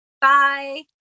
Bye